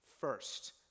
first